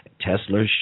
Tesla's